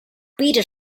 peter